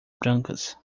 brancas